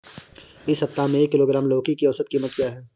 इस सप्ताह में एक किलोग्राम लौकी की औसत कीमत क्या है?